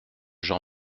jean